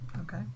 okay